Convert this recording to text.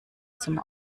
zum